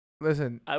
listen